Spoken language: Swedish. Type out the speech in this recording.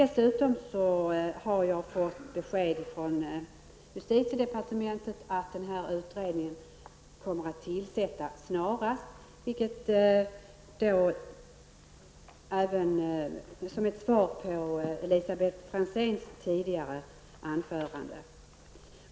Som ett svar på Elisabet Franzéns tidigare anförande kan jag meddela att jag har fått besked från justitiedepartementet att utredningen kommer att tillsättas snarast.